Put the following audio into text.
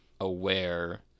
aware